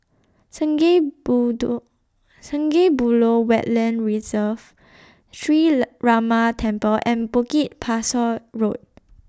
Sungei Sungei Buloh Wetland Reserve Sree Ramar Temple and Bukit Pasoh Road